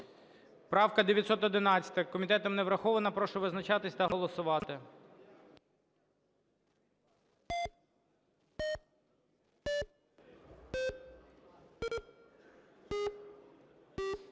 правка, комітетом не врахована. Прошу визначатись та голосувати.